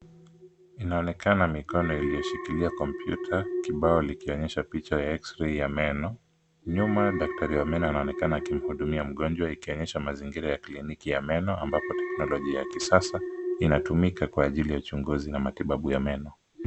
Inaonekana mikono iliyoshikilia kompyuta kibao likionyesha picha ya cs[x-ray]cs ya meno. Nyuma daktari wa meno anonekana akimhudumia mgonjwa ikionyesha mazingira ya kliniki ya meno ambapo teknolojia ya kisasa inatumika kwa ajili ya uchunguzi na matibabu wa meno.